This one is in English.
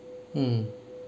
mm